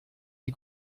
die